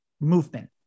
movement